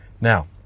Now